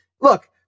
look